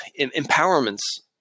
Empowerment's